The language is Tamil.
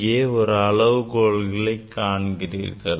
இங்கே ஒரு அளவுகோலை காண்கிறீர்கள்